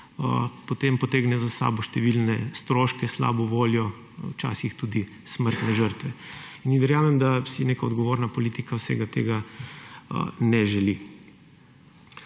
potem potegne za sabo številne stroške, slabo voljo, včasih tudi smrtne žrtve, in verjamem, da si neka odgovorna politika vsega tega ne želi.